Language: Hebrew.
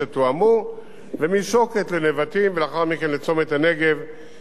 לאחר מכן לצומת הנגב גם כן יימשך כביש חוצה-ישראל,